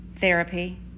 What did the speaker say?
Therapy